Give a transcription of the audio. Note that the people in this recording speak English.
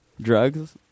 drugs